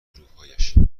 گروهایشان